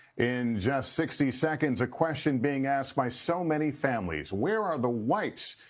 in just sixty seconds, a question being asked by so many families. where are the wipes.